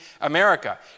America